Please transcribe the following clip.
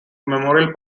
memorial